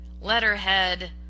letterhead